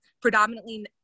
predominantly